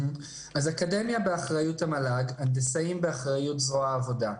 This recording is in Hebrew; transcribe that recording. האקדמיה באחריות המל"ג; ההנדסאים באחריות זרוע העבודה,